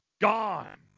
Gone